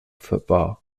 football